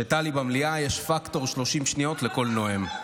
כשטלי במליאה יש פקטור של 30 שניות לכל נואם.